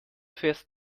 fährst